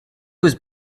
was